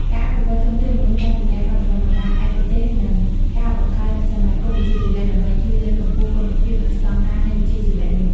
ការអភិវឌ្ឍន៍ធនធានមនុស្សតាមរយៈការបណ្តុះបណ្តាលឯកទេសនិងការបង្កើតសមាគមវិជ្ជាជីវៈ ដើម្បីជួយលើកកម្ពស់គុណភាព និងស្តង់ដារនៃវិជ្ជាជីវៈនេះ។